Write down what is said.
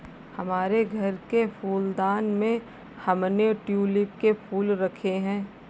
हमारे घर के फूलदान में हमने ट्यूलिप के फूल रखे हैं